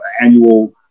annual